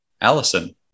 Allison